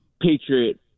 Patriot